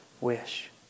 wish